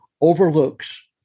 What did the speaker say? overlooks